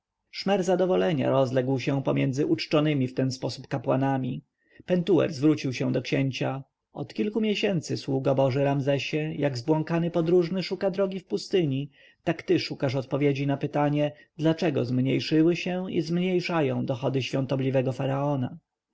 szmer zadowolenia rozległ się między uczczonymi w taki sposób kapłanami pentuer zwrócił się do księcia od kilku miesięcy sługo boży ramzesie jak zbłąkany podróżny szuka drogi na pustyni tak ty szukasz odpowiedzi na pytanie dlaczego zmniejszyły się i zmniejszają dochody świątobliwego faraona